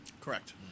Correct